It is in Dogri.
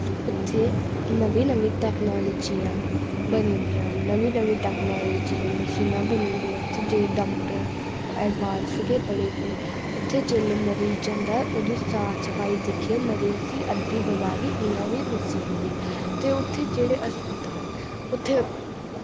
उत्थै नवीं नवीं टेक्नोलाजियां बनी दि'यां नवीं नवीं टेक्नोलाजियां मशीनां बनी दि'यां उत्थै जेह्ड़े डाक्टर एडवांस गै पढ़े दे उत्थै जेल्लै मरीज जंदा ओह्दी साफ सफाई दिक्खियै मरीज दी अद्दी बमारी इयां बी नस्सी जंदी ते उत्थै जेह्ड़े हस्पताल उत्थै